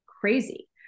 crazy